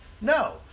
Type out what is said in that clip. No